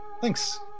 thanks